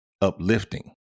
uplifting